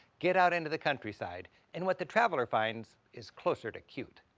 get out into the countryside, and what the traveler finds is closer to cute.